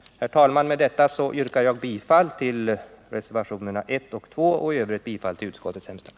Herr talman! Med detta yrkar jag bifall till reservationerna 1 och 2 och i Övrigt till utskottets hemställan.